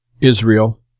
Israel